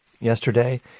yesterday